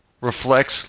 reflects